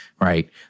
right